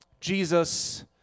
Jesus